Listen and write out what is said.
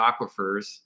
aquifers